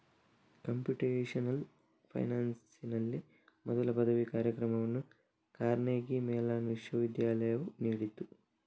computational ಫೈನಾನ್ಸಿನಲ್ಲಿ ಮೊದಲ ಪದವಿ ಕಾರ್ಯಕ್ರಮವನ್ನು ಕಾರ್ನೆಗೀ ಮೆಲಾನ್ ವಿಶ್ವವಿದ್ಯಾಲಯವು ನೀಡಿತು